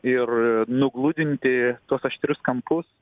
ir nugludinti tuos aštrius kampus